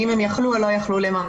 האם הם יכלו או לא יכלו לממש.